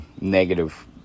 negative